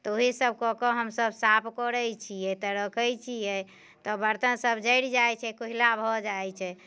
तऽ ओहि सभ कऽ कऽ हमसभ साफ करैत छियै तऽ रखैत छियै तऽ बर्तन सभ जड़ि जाइत छै कोइला भऽ जाइत छै